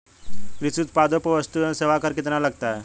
कृषि उत्पादों पर वस्तु एवं सेवा कर कितना लगता है?